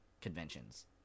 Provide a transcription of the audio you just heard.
conventions